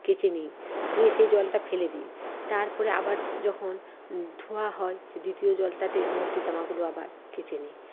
কেচে নিই দিয়ে সেই জলটা ফেলে দিই তারপরে আবার যখন ধোয়া হয় সে দ্বিতীয় জলটাতে মধ্যে জমাগুলো আবার কেচে নিই